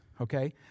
okay